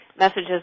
messages